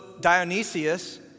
Dionysius